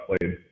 played